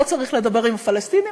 לא צריך לדבר עם הפלסטינים,